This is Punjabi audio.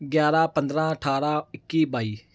ਗਿਆਰਾਂ ਪੰਦਰਾਂ ਅਠਾਰਾਂ ਇੱਕੀ ਬਾਈ